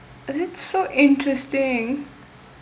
that's so interesting